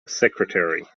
secretary